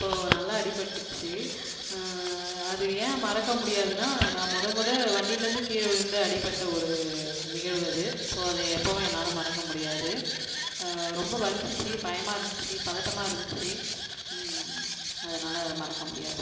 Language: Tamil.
அப்போது நல்லா அடிப்பட்டுடுச்சு அது ஏன் மறக்க முடியாதுன்னால் நான் மொதல் மொதல் வண்டியிலேருந்து கீழ விழுந்து அடிப்பட்ட ஒரு நிகழ்வு அது ஸோ அதை எப்பவுமே என்னால் மறக்க முடியாது ரொம்ப வலிச்சிச்சு பயமாக இருந்துச்சு பதட்டமாக இருந்துச்சு அதனால் மறக்க முடியாது